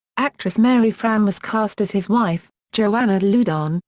actress mary frann was cast as his wife, joanna loudon,